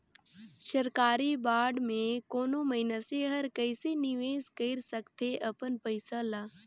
सरकारी बांड में कोनो मइनसे हर कइसे निवेश कइर सकथे अपन पइसा ल